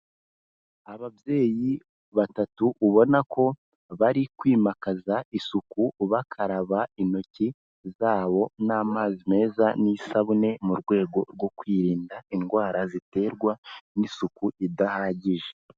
Ababyeyi batatu ubona ko bari kwimakaza isuku bakaraba intoki zabo n'amazi meza n'isabune mu rwego rwo kwirinda indwara ziterwa n'isuku idahagije.